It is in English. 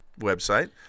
website